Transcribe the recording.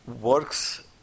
works